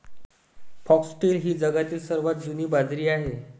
foxtail ही जगातील सर्वात जुनी बाजरी आहे